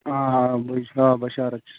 آ آ بٕے جِناب بشارت چھُس